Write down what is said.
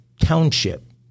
Township